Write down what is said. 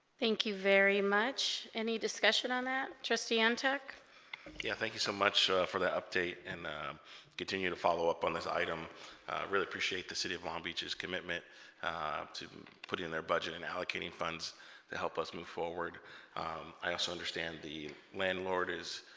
thank you very much any discussion on that trustee antec yeah thank you so much for that update and continue to follow up on this item i really appreciate the city of long um beach's commitment ah to putting in their budget and allocating funds to help us move forward i also understand the landlord is